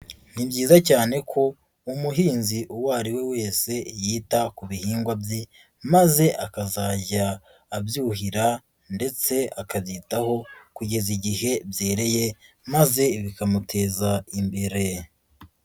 Ni byiza cyane ko umuhinzi uwo ari we wese yita ku bihingwa bye maze akazajya abyuhira ndetse akabyitaho kugeza igihe byereye maze bikamuteza imbere.